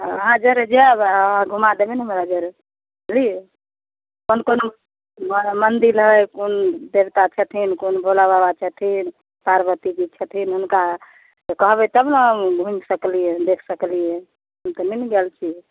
अहाँ जरे जाएब आओर घुमा देबै ने हमरा जरे बुझलिए कोन कोन ओ मन्दिर अइ कोन देवता छथिन कोन भोलाबाबा छथिन पार्वतीजी छथिन हुनका तऽ कहबै तब ने घुमि सकलिए देखि सकलिए हम तऽ नहि ने गेल छिए